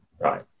right